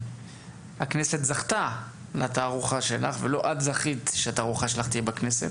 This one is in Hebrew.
הכנסת זכתה בתערוכה שלך ולא את זכית שהתערוכה שלך תהיה בכנסת,